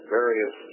various